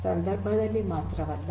೦ ಸಂದರ್ಭದಲ್ಲಿ ಮಾತ್ರವಲ್ಲ